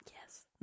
Yes